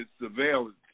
surveillance